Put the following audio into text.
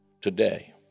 today